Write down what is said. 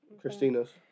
Christina's